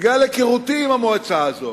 בגלל היכרותי עם המועצה הזאת,